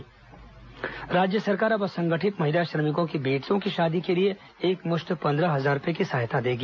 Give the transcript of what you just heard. विवाह सहायता राशि राज्य सरकार अब असंगठित महिला श्रमिकों की बेटियों की शादी के लिए एकमुश्त पन्द्रह हजार रूपए की सहायता देगी